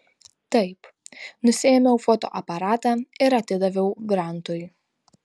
taip nusiėmiau fotoaparatą ir atidaviau grantui